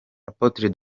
apotre